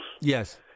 Yes